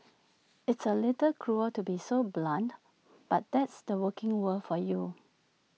it's A little cruel to be so blunt but that's the working world for you